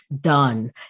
done